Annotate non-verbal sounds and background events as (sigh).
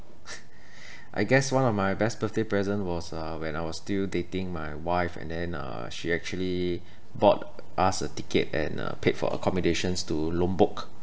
(noise) I guess one of my best birthday present was uh when I was still dating my wife and then uh she actually bought us a ticket and uh paid for accommodations to lombok